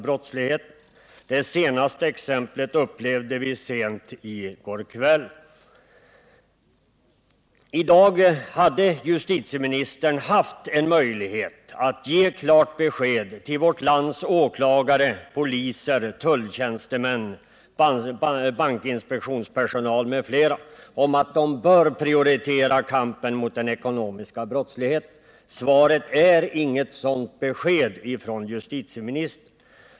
Det senaste exemplet upplevde vi sent i går kväll. I dag hade justitieministern haft en möjlighet att ge klart besked till vårt lands åklagare, poliser, tulltjänstemän, bankinspektionspersonal m.fl. om att de bör prioritera kampen mot den ekonomiska brottsligheten. Svaret ger inte något sådant besked från justitieministern.